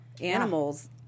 animals